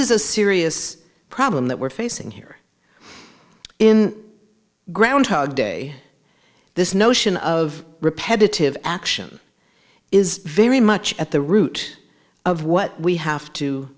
is a serious problem that we're facing here in groundhog day this notion of repetitive action is very much at the root of what we have to